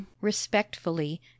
respectfully